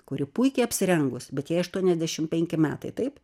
kuri puikiai apsirengus bet jai aštuoniasdešim penki metai taip